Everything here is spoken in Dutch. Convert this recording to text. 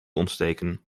ontsteken